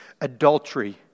adultery